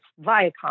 Viacom